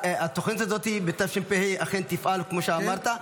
התוכנית הזאת בתשפ"ה אכן תפעל כמו שאמרת,